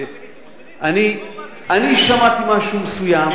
אני שמעתי משהו מסוים,